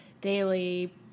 daily